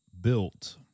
built